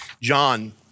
John